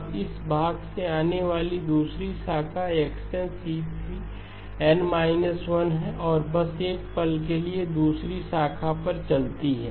अब इस भाग से आने वाली दूसरी शाखा x n c3 n 1 है और बस एक पल के लिए दूसरी शाखा पर चलती है